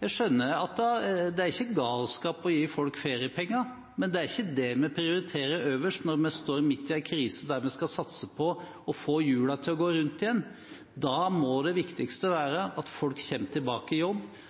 Det er ikke galskap å gi folk feriepenger, men det er ikke det vi prioriterer øverst når vi står midt i en krise der vi skal satse på å få hjulene til å gå rundt igjen. Da må det viktigste være at folk kommer tilbake i jobb